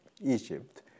Egypt